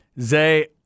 Zay